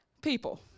people